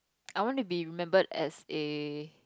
I want to be remembered as the